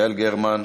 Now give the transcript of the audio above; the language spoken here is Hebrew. יעל גרמן,